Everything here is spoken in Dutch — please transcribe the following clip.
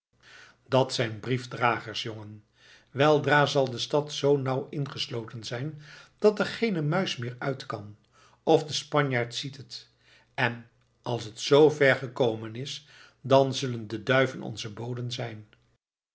dat zijn briefdragers jongen weldra zal de stad zoo nauw ingesloten zijn dat er geene muis meer uit kan of de spanjaard ziet het en als het z ver gekomen is dan zullen de duiven onze boden zijn